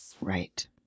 Right